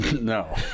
No